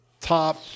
top –